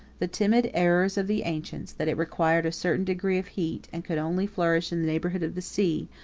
the timid errors of the ancients, that it required a certain degree of heat, and could only flourish in the neighborhood of the sea,